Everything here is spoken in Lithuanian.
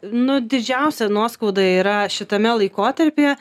nu didžiausia nuoskauda yra šitame laikotarpyje